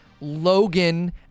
Logan